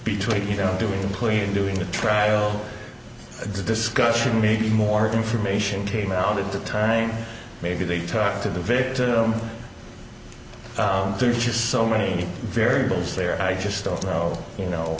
between you know doing poorly and doing the trial a good discussion maybe more information came out at the time maybe they tried to the victim there's just so many variables there i just don't know you know